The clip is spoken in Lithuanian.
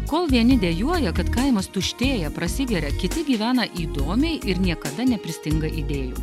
kol vieni dejuoja kad kaimas tuštėja prasigeria kiti gyvena įdomiai ir niekada nepristinga idėjų